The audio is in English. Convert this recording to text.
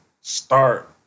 start